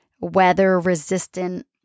weather-resistant